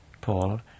Paul